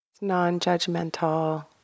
non-judgmental